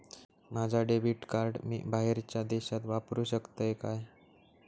माझा debit card मी बाहेरच्या देशात वापरू शकतय काय?